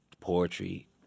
poetry